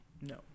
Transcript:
No